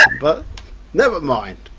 but never mind,